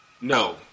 No